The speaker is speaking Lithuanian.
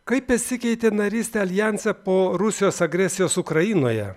kaip pasikeitė narystė aljanse po rusijos agresijos ukrainoje